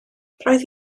roedd